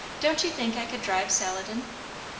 don't you think i could drive saladin?